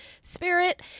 spirit